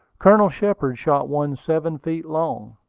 colonel shepard shot one seven feet long.